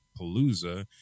Palooza